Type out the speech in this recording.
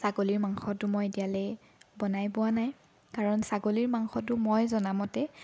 ছাগলীৰ মাংসটো মই এতিয়ালৈ বনাই পোৱানাই কাৰণ ছাগলীৰ মাংসটো মই জনামতে